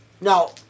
Now